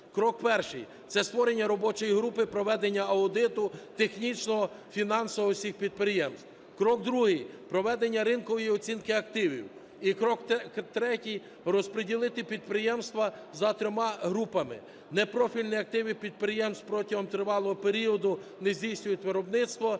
Крок перший – це створення робочої групи; проведення аудиту, технічного, фінансового всіх підприємств. Крок другий – проведення ринкової оцінки активів. І крок третій - розприділити підприємства за трьома групами. Непрофільні активи підприємств протягом тривалого періоду не здійснюють виробництво.